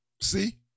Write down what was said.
See